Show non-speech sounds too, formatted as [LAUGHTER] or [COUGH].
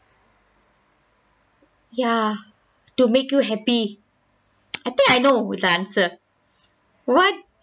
ya to make you happy [NOISE] I think I know what the answer what